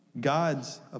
God's